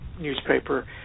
newspaper